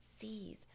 sees